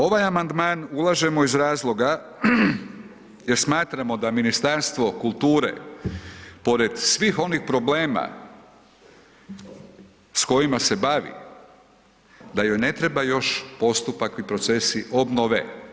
Ovaj amandman ulažemo iz razloga jer smatramo da Ministarstvo kulture pored svih onih problema s kojima se bavi, da joj ne treba još postupak i procesi obnove.